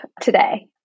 today